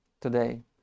today